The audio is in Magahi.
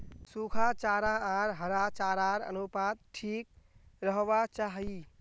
सुखा चारा आर हरा चारार अनुपात ठीक रोह्वा चाहि